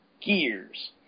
Gears